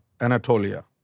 Anatolia